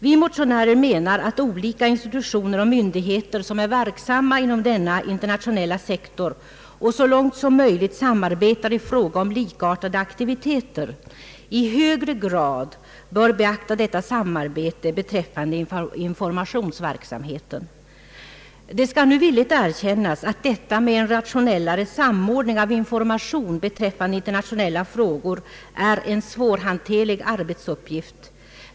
Vi motionärer menar att olika institutioner och myndigheter, som är verksamma inom denna internationella sektor och så långt som möjligt samarbetar i fråga om likartade aktiviteter, i högre grad bör beakta detta samarbete beträffande informationsverksamheten. Det skall villigt erkännas att frågan om en rationellare samordning av information beträffande internationella frågor är en svårhanterlig arbetsuppgift.